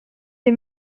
des